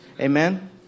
Amen